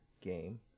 game